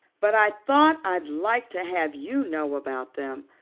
but i thought i'd like to have you know about them.